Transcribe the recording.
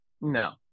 No